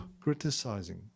criticizing